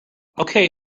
okay